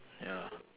ya